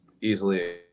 easily